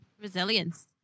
Resilience